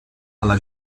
alla